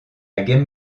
game